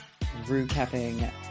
recapping